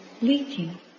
leaking